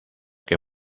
que